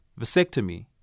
vasectomy